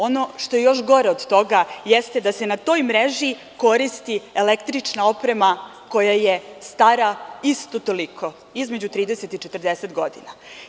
Ono što je još gore od toga jeste da se na toj mreži koristi električna oprema koja je stara isto toliko, između 30 i 40 godina.